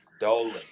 Dolan